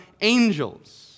angels